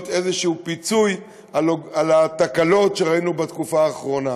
איזשהו פיצוי על התקלות שראינו בתקופה האחרונה?